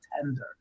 tender